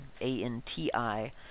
A-N-T-I